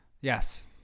Yes